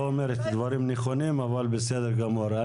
לא אומרת דברים נכונים אבל בסדר גמור.